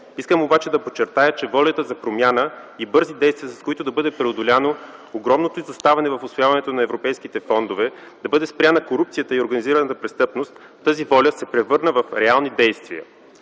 Искам обаче да подчертая, че волята за промяна и бързи действия, с които да бъде преодоляно огромното изоставане в усвояването на европейските фондове, да бъде спряна корупцията и организираната престъпност, тази воля се превърна в реални действия